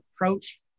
approach